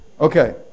Okay